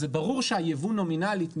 זה ברור שהיבוא נומינלית,